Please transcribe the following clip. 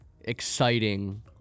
exciting